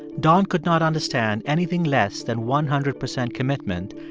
don could not understand anything less than one hundred percent commitment,